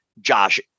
Josh